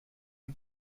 une